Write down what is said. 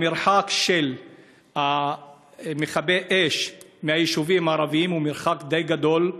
המרחק של מכבי האש מהיישובים הערביים הוא די גדול,